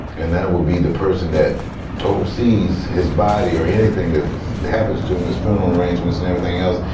and that would be the person that oversees his body or anything that happens to him his funeral arrangements and everything else.